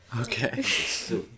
Okay